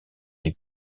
les